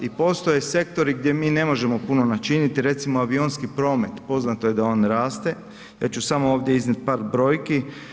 I postoje sektori gdje mi ne možemo puno načiniti recimo avionski promet, poznato je da on raste, ja ću samo ovdje iznijeti par brojki.